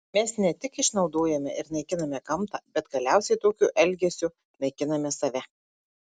mes ne tik išnaudojame ir naikiname gamtą bet galiausiai tokiu elgesiu naikiname save